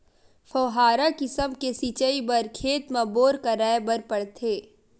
फव्हारा किसम के सिचई बर खेत म बोर कराए बर परथे